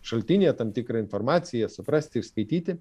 šaltinyje tam tikrą informaciją suprasti išskaityti